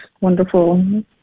wonderful